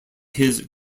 his